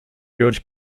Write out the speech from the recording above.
george